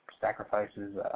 sacrifices